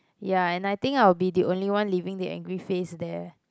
ya and I think I'll be the only one leaving the angry face there